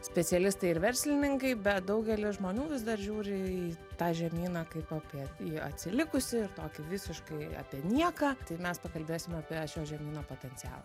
specialistai ir verslininkai bet daugelis žmonių vis dar žiūri į tą žemyną kaip apie į atsilikusį ir tokį visiškai apie nieką tai mes pakalbėsim apie šio žemyno potencialą